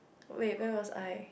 wait where was I